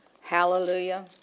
Hallelujah